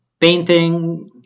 painting